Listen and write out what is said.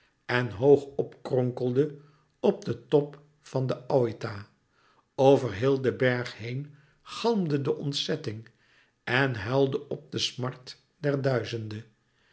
en hoog op kronkelde op den top van den oita over heel den berg heen galmde de ontzetting en huilde op de smart der duizenden